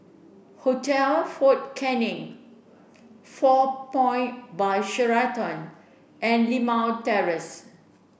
Hotel Fort Canning Four Point By Sheraton and Limau Terrace